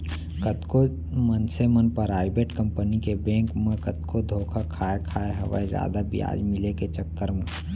कतको मनसे मन पराइबेट कंपनी के बेंक मन म कतको धोखा खाय खाय हवय जादा बियाज मिले के चक्कर म